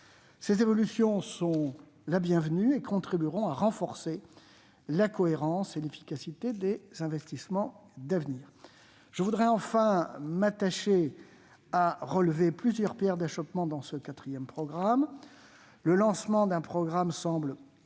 Ces évolutions sont bienvenues ; elles contribueront à renforcer la cohérence et l'efficacité des investissements d'avenir. Je voudrais enfin relever l'existence de plusieurs pierres d'achoppement dans ce quatrième programme. Le lancement d'un nouveau programme semble augurer